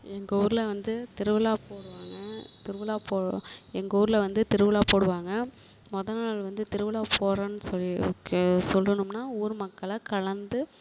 எங்கள் ஊரில் வந்து திருவிழா போடுவாங்க திருவிழா போ எங்கள் ஊரில் வந்து திருவிழா போடுவாங்க மொதல் நாள் வந்து திருவிழா போகிறோம்னு சொல்லி சொல்லணுமுன்னால் ஊர் மக்களை கலந்து